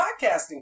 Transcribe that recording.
podcasting